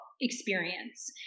experience